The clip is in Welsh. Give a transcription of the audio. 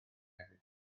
hefyd